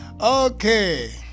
Okay